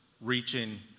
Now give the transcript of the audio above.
reaching